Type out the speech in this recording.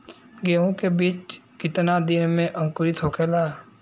गेहूँ के बिज कितना दिन में अंकुरित होखेला?